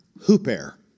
hooper